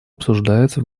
обсуждается